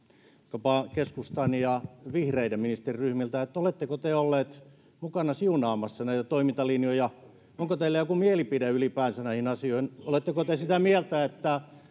vaikkapa keskustan ja vihreiden ministeriryhmiltä oletteko te olleet mukana siunaamassa näitä toimintalinjoja onko teillä joku mielipide ylipäänsä näihin asioihin oletteko te sitä mieltä että